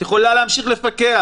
את יכולה להמשיך לפקח.